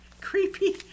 creepy